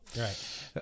Right